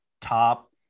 top